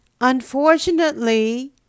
unfortunately